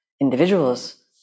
individuals